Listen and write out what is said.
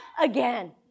again